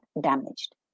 damaged